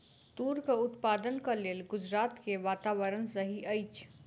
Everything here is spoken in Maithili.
तूरक उत्पादनक लेल गुजरात के वातावरण सही अछि